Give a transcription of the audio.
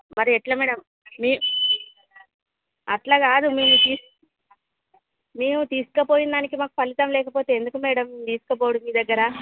మరి ఎట్ల మ్యాడం అట్ల కాదు మీరు మేము తీసుకపోయిందానికి మాకు ఫలితం లేకపోతే ఎందుకు మ్యాడం మేం తీసుకుపోవుడు మీ దగ్గర